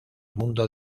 mundo